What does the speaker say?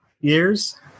years